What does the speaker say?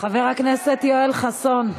חבר הכנסת יואל חסון.